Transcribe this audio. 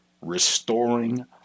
restoring